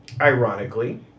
ironically